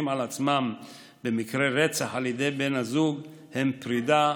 על עצמם במקרי רצח על ידי בן הזוג הם פרדה,